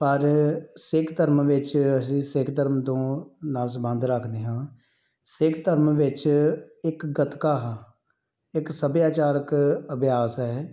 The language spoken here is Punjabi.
ਪਰ ਸਿੱਖ ਧਰਮ ਵਿੱਚ ਅਸੀਂ ਸਿੱਖ ਧਰਮ ਤੋਂ ਨਾਲ ਸੰਬੰਧ ਰੱਖਦੇ ਹਾਂ ਸਿੱਖ ਧਰਮ ਵਿੱਚ ਇੱਕ ਗੱਤਕਾ ਹੈ ਇੱਕ ਸੱਭਿਆਚਾਰਕ ਅਭਿਆਸ ਹੈ